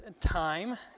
time